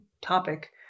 topic